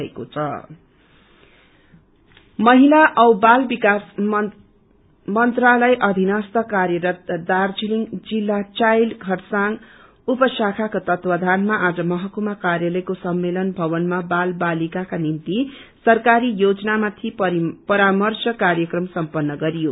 child line महिला औ बाल विकास मन्त्रालय अधीनस्थ कार्यरत दार्जीलिङ जिल्ला चाइल्ड खरसाङ उप शाखाको जत्वावधानमा आज महकुमा कार्यालयको सम्मेलन भवनमा बाल बालिकाका निम्ति सरकारी योजनामाथि परार्मश कार्यक्रम सम्पन्न गरियो